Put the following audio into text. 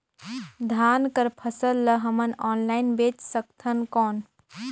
धान कर फसल ल हमन ऑनलाइन बेच सकथन कौन?